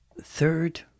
Third